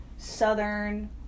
southern